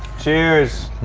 cheers.